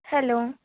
hello